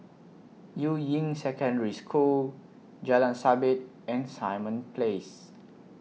Yuying Secondary School Jalan Sabit and Simon Place